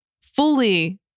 fully